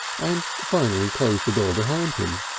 and finally closed the door behind him.